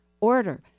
order